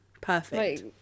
perfect